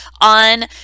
on